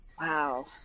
wow